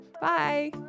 Bye